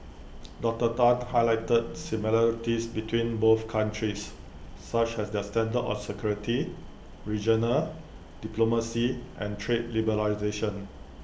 Doctor Tan highlighted similarities between both countries such as their stand on security regional diplomacy and trade liberalisation